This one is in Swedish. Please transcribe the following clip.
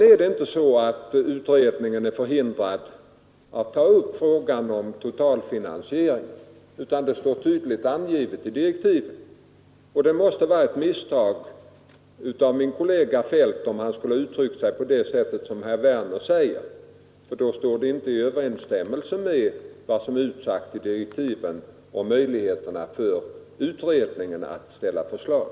Utredningen är inte förhindrad att ta upp frågan om totalfinansiering, det står tydligt angivet i direktiven. Det måste vara ett misstag av min kollega Feldt om han skulle ha uttryckt sig på det sätt som herr Werner säger. Det står inte i överensstämmelse med vad som är utsagt i direktiven om möjligheterna för utredningen att ställa förslag.